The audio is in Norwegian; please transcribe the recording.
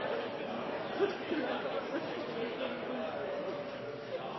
det, men jeg er